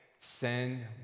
Send